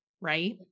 Right